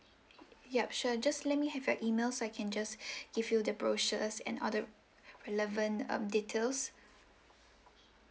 yup sure just let me have your email so I can just give you the brochures and other relevant um details